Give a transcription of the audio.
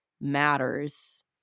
matters